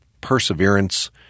perseverance